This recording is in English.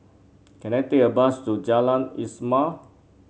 can I take a bus to Jalan Ismail